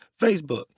Facebook